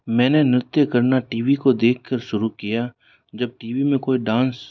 मैंने नृत्य करना टी वी को देखकर शुरू किया जब टी वी में कोई डांस